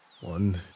One